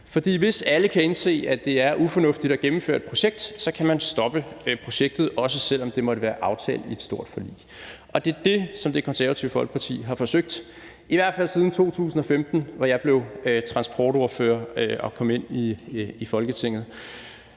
For hvis alle kan indse, at det er ufornuftigt at gennemføre et projekt, så kan man stoppe projektet, også selv om det måtte være aftalt i et stort forlig. Det er det, som Det Konservative Folkeparti har forsøgt, i hvert fald siden 2015, hvor jeg blev transportordfører og kom ind i Folketinget.